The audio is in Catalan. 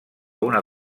una